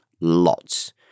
Lots